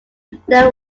they